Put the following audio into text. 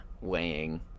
weighing